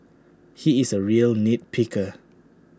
he is A real nit picker